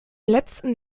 letzten